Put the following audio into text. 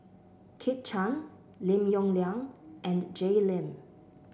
Kit Chan Lim Yong Liang and Jay Lim